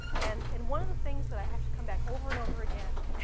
and and one of the things that i have to come back over and over again.